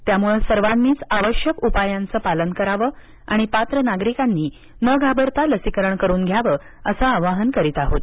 त्यामुळे सर्वांनीच सुरक्षा उपायांचं पालन करावं आणि पात्र नागरिकांनी न घाबरता लसीकरण करून घ्यावं असं आवाहन करत आहोत